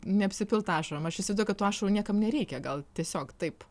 neapsipilt ašarom aš įsivaizduoju kad tų ašarų niekam nereikia gal tiesiog taip